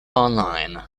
online